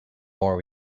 more